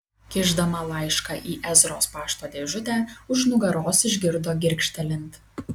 kišdama laišką į ezros pašto dėžutę už nugaros išgirdo girgžtelint